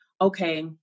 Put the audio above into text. okay